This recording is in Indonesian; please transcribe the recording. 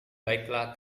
baiklah